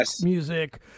music